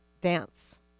dance